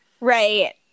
Right